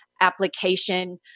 application